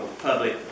public